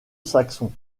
saxon